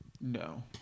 No